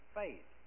faith